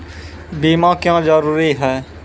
बीमा क्यों जरूरी हैं?